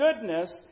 goodness